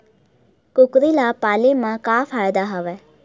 कुकरी ल पाले म का फ़ायदा हवय?